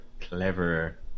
clever